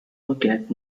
forget